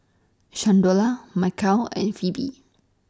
Shalonda Mikeal and Phoebe